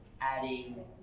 adding